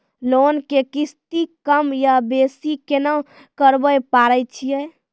Loan के किस्ती कम या बेसी केना करबै पारे छियै?